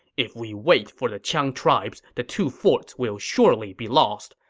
if we wait for the qiang tribes, the two forts will surely be lost.